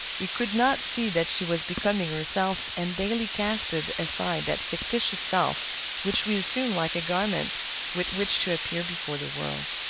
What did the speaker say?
he could not see that she was becoming herself and daily casting aside that fictitious self which we assume like a garment with which to appear before the world.